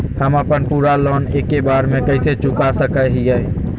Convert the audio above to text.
हम अपन पूरा लोन एके बार में कैसे चुका सकई हियई?